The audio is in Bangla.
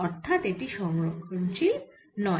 অর্থাৎ এটি সংরক্ষনশীল নয়